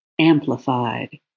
amplified